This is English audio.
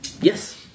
Yes